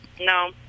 No